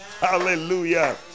hallelujah